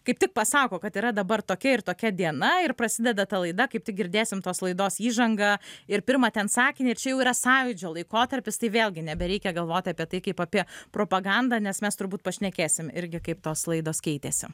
kaip tik pasako kad yra dabar tokia ir tokia diena ir prasideda ta laida kaip tik girdėsim tos laidos įžangą ir pirmą ten sakinį ir čia jau yra sąjūdžio laikotarpis tai vėlgi nebereikia galvot apie tai kaip apie propagandą nes mes turbūt pašnekėsim irgi kaip tos laidos keitėsi